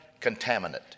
contaminant